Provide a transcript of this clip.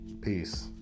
Peace